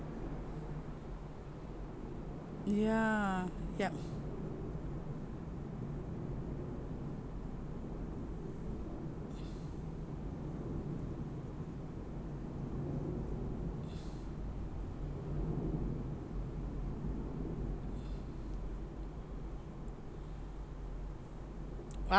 yeah yup